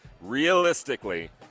realistically